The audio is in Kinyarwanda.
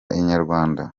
inyarwanda